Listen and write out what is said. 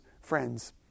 friends